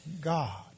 God